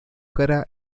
cara